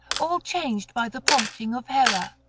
all changed by the prompting of hera,